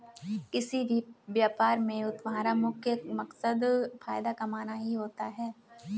किसी भी व्यापार में तुम्हारा मुख्य मकसद फायदा कमाना ही होता है